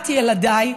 ושבעת ילדיי